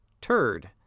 turd